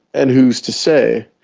and who's to say,